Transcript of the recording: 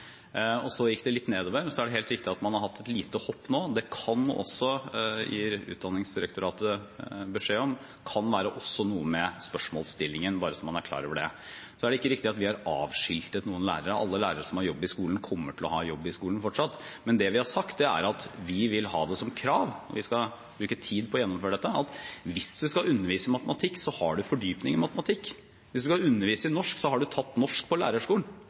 Så gikk det litt nedover, og så er det helt riktig at man har hatt et lite hopp nå. Det kan også – har Utdanningsdirektoratet gitt beskjed om – være noe med spørsmålsstillingen, bare så man er klar over det. Det er ikke riktig at vi har avskiltet lærere. Alle lærere som har jobb i skolen, kommer fortsatt til å ha jobb i skolen. Men det vi har sagt, er at vi vil ha det som krav – vi skal bruke tid på å gjennomføre dette – at hvis man skal undervise i matematikk, har man fordypning i matematikk, hvis man skal undervise i norsk, har man tatt norsk